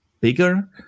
bigger